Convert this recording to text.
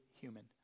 human